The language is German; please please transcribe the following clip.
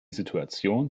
situation